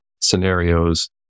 scenarios